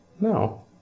No